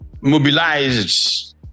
mobilized